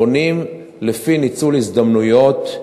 בונים לפי ניצול הזדמנויות: